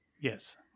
Yes